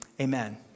amen